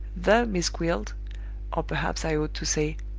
the miss gwilt or perhaps i ought to say,